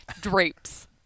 Drapes